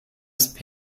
ist